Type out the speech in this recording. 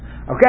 Okay